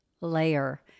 layer